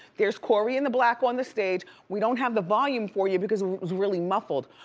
there's corey in the black on the stage. we don't have the volume for you because it was really muffled.